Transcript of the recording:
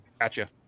Gotcha